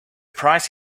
price